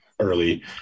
early